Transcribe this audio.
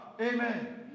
amen